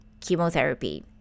chemotherapy